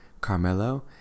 Carmelo